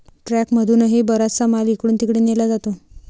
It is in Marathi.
ट्रकमधूनही बराचसा माल इकडून तिकडे नेला जातो